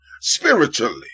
spiritually